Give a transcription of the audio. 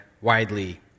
widely